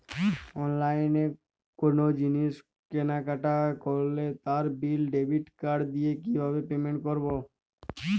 অনলাইনে কোনো জিনিস কেনাকাটা করলে তার বিল ডেবিট কার্ড দিয়ে কিভাবে পেমেন্ট করবো?